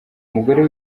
umugore